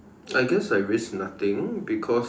I guess I risk nothing because